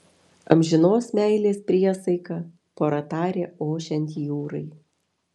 amžinos meilės priesaiką pora tarė ošiant jūrai